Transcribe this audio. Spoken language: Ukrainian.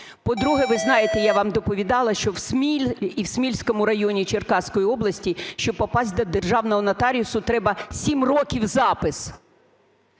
По-друге, ви знаєте, я вам доповідала, що в Смілі і в Смільському районі Черкаської області, щоби попасти до державного нотаріусу, треба сім років запис,